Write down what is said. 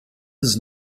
his